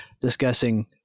discussing